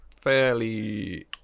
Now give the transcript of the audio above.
fairly